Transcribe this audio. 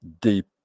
deep